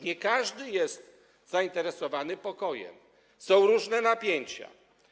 Nie każdy jest zainteresowany pokojem, są różne napięcia.